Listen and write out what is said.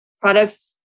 products